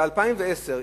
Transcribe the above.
ב-2010,